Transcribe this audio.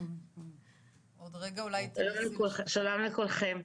שלום לכולכם.